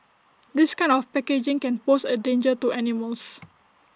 this kind of packaging can pose A danger to animals